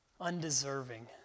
undeserving